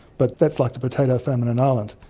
but that's like the potato famine in ireland.